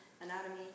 anatomy